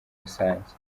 rusange